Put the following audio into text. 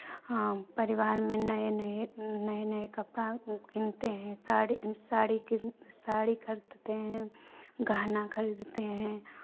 परिवार में नये नये नये नये कपड़ा कीनते हैं साड़ी साड़ी साड़ी खरीदते हैं गहना खरीदते हैं